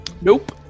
nope